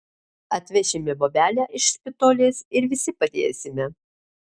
atvešime bobelę iš špitolės ir visi padėsime